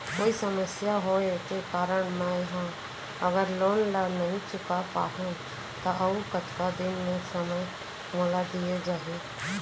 कोई समस्या होये के कारण मैं हा अगर लोन ला नही चुका पाहव त अऊ कतका दिन में समय मोल दीये जाही?